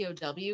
POW